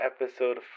episode